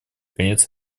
конец